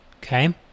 okay